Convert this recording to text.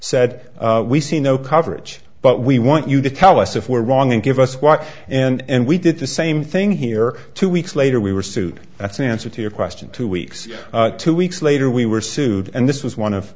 said we see no coverage but we want you to tell us if we're wrong and give us what and we did the same thing here two weeks later we were sued that's an answer to your question two weeks two weeks later we were sued and this was one of